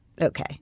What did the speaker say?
Okay